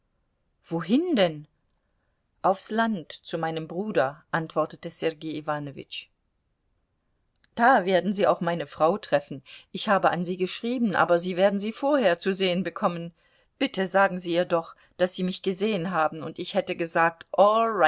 wohin denn aufs land zu meinem bruder antwortete sergei iwanowitsch da werden sie auch meine frau treffen ich habe an sie geschrieben aber sie werden sie vorher zu sehen bekommen bitte sagen sie ihr doch daß sie mich gesehen haben und ich hätte gesagt